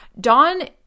Dawn